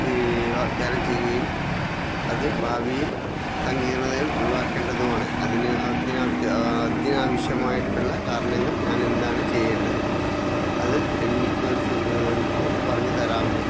വാഗ്ദാനം ചെയ്യുകയും അതു ഭാവിയിൽ സങ്കീര്ണതകൾ ഒഴിവാക്കേണ്ടതുമാണ് അതിന് അതിനാവശ്യമായിട്ടുള്ള കാരണങ്ങൾ ഞാനെന്താണു ചെയ്യേണ്ടത് അത് എനിക്കൊരു എനിക്ക് ഒന്നു പറഞ്ഞുതരാമോ